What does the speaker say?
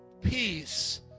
peace